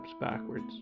backwards